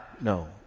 No